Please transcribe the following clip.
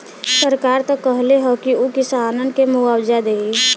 सरकार त कहले हौ की उ किसानन के मुआवजा देही